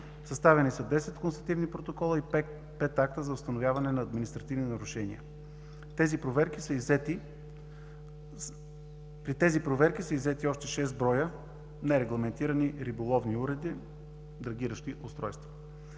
Съставени са 10 констативни протокола и 5 акта за установяване на административни нарушения. При тези проверки са иззети общо 6 броя нерегламентирани риболовни уреди – драгиращи устройства.